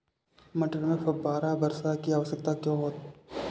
मटर में फुहारा वर्षा की आवश्यकता क्यो है?